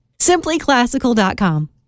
simplyclassical.com